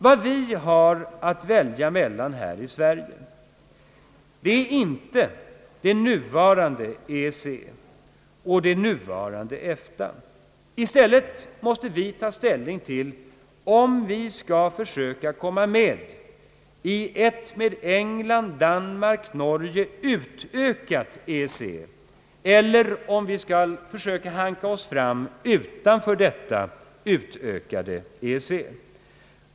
Vad vi har att välja mellan här i Sve rige är inte det nuvarande EEC och det nuvarande EFTA. I stället måste vi ta ställning till om vi skall försöka komma med i ett med England-—Danmark —Norge utökat EEC eller om vi skall försöka hanka oss fram utanför detta utökade EEC.